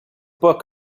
book